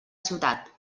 ciutat